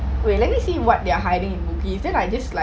wait let me see what they are hiding in movies then I just like